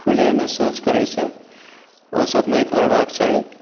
खुलेमे शौच करै छै ओ सब नहि करबाक चाही